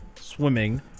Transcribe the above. swimming